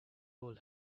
hole